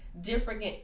different